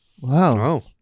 Wow